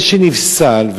זה שנפסל.